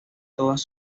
todas